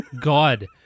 God